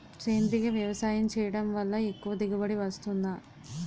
సేంద్రీయ వ్యవసాయం చేయడం వల్ల ఎక్కువ దిగుబడి వస్తుందా?